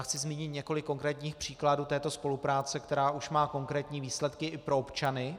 Chci zmínit několik konkrétních příkladů této spolupráce, která už má konkrétní výsledky i pro občany.